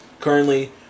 currently